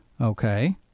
Okay